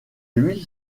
huile